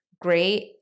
great